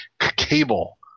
Cable